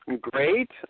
Great